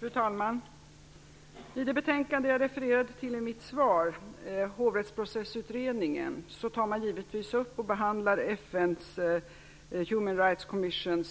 Fru talman! I det betänkande jag refererade till i mitt svar - Hovrättsprocessutredningens - tar man givetvis upp och behandlar rapporten från FN:s Human Rights Commission.